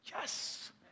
Yes